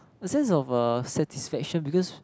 a sense of a satisfaction because